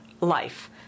life